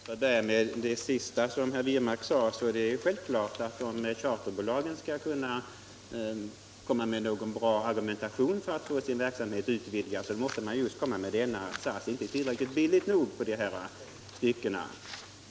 Herr talman! Beträffande det sista som herr Wirmark sade är det klart att, om charterbolagen skall kunna komma med någon bra argumentation för att få sin verksamhet utvidgad, de måste kunna visa att SAS inte håller tillräckligt låga priser i dessa stycken.